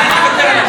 אינה נוכחת,